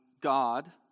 God